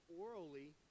orally